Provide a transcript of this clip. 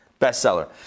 Bestseller